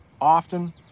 often